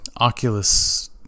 Oculus